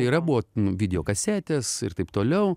yra buvo video kasetės ir taip toliau